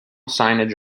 signage